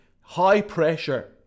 high-pressure